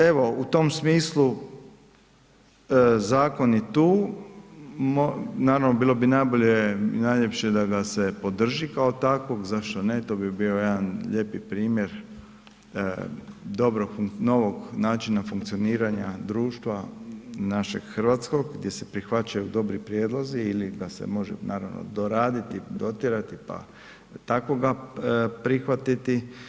Evo, u tom smislu zakon je tu, naravno bilo bi najbolje i najljepše da ga se podrži kao takvog, zašto ne, to bi bio jedan lijepi primjer dobrog, novog načina funkcioniranja društva našeg hrvatskog gdje su prihvaćaju dobri prijedlozi ili da se može naravno doraditi, dotjerati pa takvoga prihvatiti.